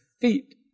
feet